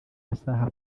masaha